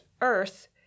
earth